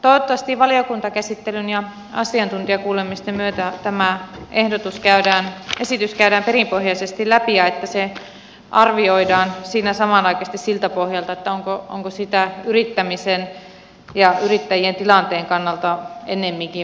toivottavasti valiokuntakäsittelyn ja asiantuntijakuulemisten myötä tämä esitys käydään perinpohjaisesti läpi ja arvioidaan siinä samanaikaisesti siltä pohjalta onko siitä yrittämisen ja yrittäjien tilanteen kannalta ennemminkin merkittävää haittaa